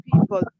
people